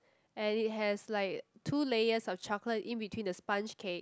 and it has like two layers of chocolate in between the sponge cake